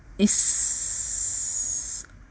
is